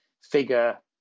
figure